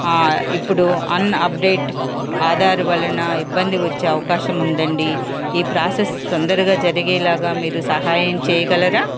ఇప్పుడు un update Aadhaar వలన ఇబ్బంది వచ్చే అవకాశం ఉందండి ఈ ప్రాసెస్ తొందరగా జరిగేలాగా మీరు సహాయం చేయగలరా